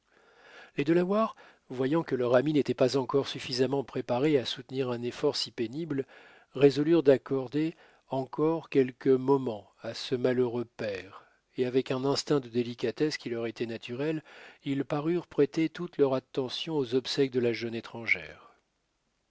les delawares voyant que leur ami n'était pas encore suffisamment préparé à soutenir un effort si pénible résolurent d'accorder encore quelques moments à ce malheureux père et avec un instinct de délicatesse qui leur était naturel ils parurent prêter toute leur attention aux obsèques de la jeune étrangère